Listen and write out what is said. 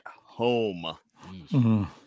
home